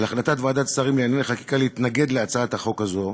על החלטת ועדת השרים לענייני חקיקה להתנגד להצעת החוק הזאת.